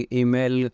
email